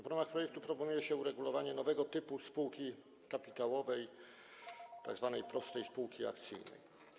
W ramach projektu proponuje się uregulowanie kwestii nowego typu spółki kapitałowej, tzw. prostej spółki akcyjnej.